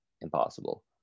impossible